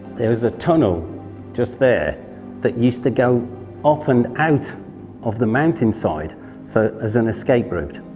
there was a tunnel just there that used to go up and out of the mountainside so as an escape route.